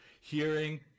hearing